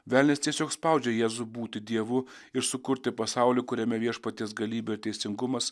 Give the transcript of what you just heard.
velnias tiesiog spaudžia jėzų būti dievu ir sukurti pasaulį kuriame viešpaties galybė teisingumas